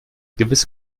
gewiss